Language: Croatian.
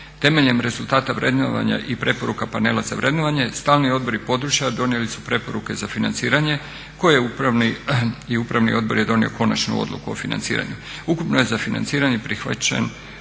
Temeljem rezultata vrednovanja i preporuka panela za vrednovanje stalni odbori i područja donijeli su preporuke za financiranje koje je upravni, i Upravni odbor je donio konačnu odluku o financiranju. Ukupno je za financiranje prihvaćen